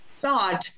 thought